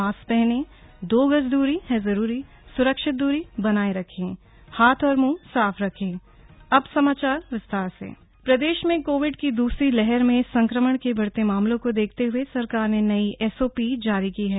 mask पहनें दो गज दूरी है जरूरी सुरक्षित दूरी बनाये रखें हाथ और मुंह साफ रखें क्रोविड एसओपी प्रदेश में कोविड की दूसरी लहर में संक्रमण के बढ़ते मामलों को देखते हुए सरकार ने नई एसओपी जारी की है